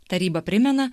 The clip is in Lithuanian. taryba primena